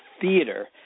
theater